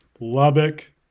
Lubbock